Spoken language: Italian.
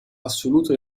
assoluto